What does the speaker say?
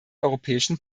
europäischen